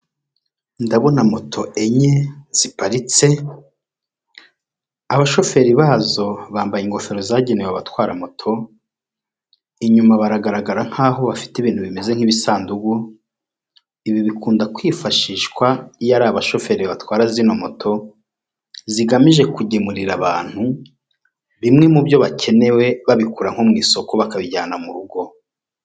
Ndabona moto enye ziparitse ,abashoferi bazo bambaye ingofero zagenewe abatwara moto ,inyuma bagaragara nk'aho bafite ibintu bimeze nk'ibisanduku .Ibi bikunda kwifashishwa iyo ari abashoferi batwara zino moto zigamije kugemurira abantu bimwe mu byo bakenewe babikura nko mu isoko bakabijyana mu rugo.